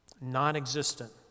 non-existent